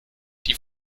die